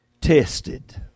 tested